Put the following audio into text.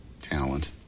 talent